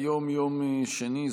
היום יום שני,